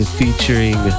featuring